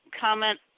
comment